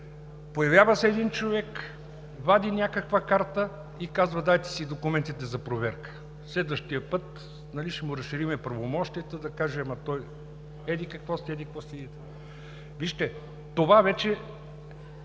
появява се един човек, вади някаква карта и казва: „Дайте си документите за проверка!“ Следващия път ще му разширим правомощията да каже той еди-какво си, еди-какво си… Вижте, това вече